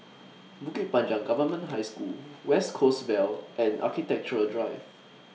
Bukit Panjang Government High School West Coast Vale and Architecture Drive